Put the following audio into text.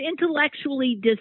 intellectually